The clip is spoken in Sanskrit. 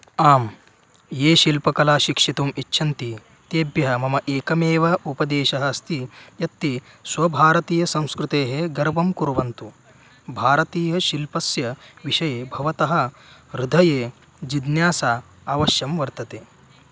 आम् ये शिल्पकलां शिक्षितुम् इच्छन्ति तेभ्यः मम एकमेव उपदेशः अस्ति यत्ते स्वभारतीयसंस्कृतेः गर्वं कुर्वन्तु भारतीयशिल्पस्य विषये भवतः हृदये जिज्ञासा अवश्यं वर्तते